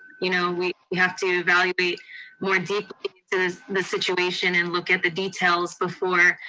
you know we have to evaluate more deeply the situation and look at the details before